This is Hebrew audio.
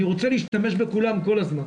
אני רוצה להשתמש בכולן כל הזמן,